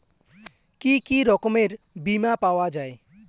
কি কি রকমের বিমা পাওয়া য়ায়?